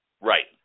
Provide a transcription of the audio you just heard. Right